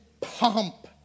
pomp